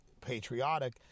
patriotic